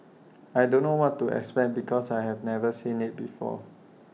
I don't know what to expect because I have never seen IT before